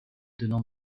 donnant